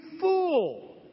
fool